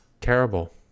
terrible